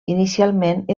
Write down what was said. inicialment